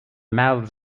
mouths